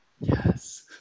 Yes